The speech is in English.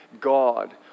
God